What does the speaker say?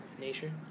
nature